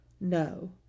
No